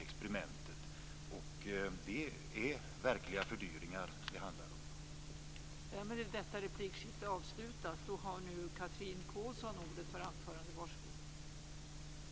Det är verkliga fördyringar det handlar om.